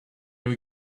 were